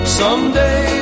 someday